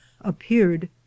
appeared